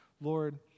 Lord